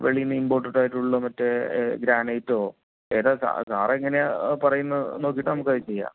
വെളിയിൽനിന്നും ഇംപോർട്ടഡായിട്ടുള്ള മറ്റേ ഗ്രാനൈറ്റോ ഏതാ സാർ സാറെങ്ങനെയാ പറയുന്നതെന്ന് നോക്കീട്ട് നമുക്കത് ചെയ്യാം